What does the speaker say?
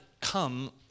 come